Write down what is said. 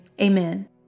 Amen